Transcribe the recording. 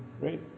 right